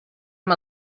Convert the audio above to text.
amb